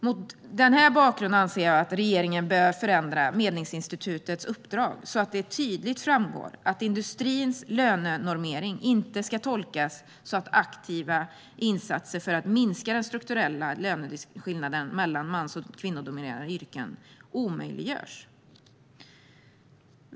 Mot denna bakgrund anser jag att regeringen bör förändra Medlingsinstitutets uppdrag så att det tydligt framgår att industrins lönenormering inte ska tolkas så att aktiva insatser för att minska de strukturella löneskillnaderna mellan mans och kvinnodominerade yrken omöjliggörs.